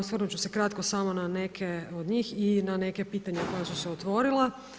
Osvrnut ću se kratko samo na neke od njih i na neka pitanja koja su se otvorila.